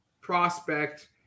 prospect